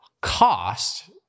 cost